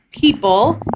people